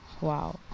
Wow